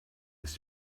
ist